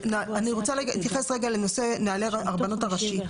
אני רוצה להתייחס לנושא נהלי הרבנות הראשית.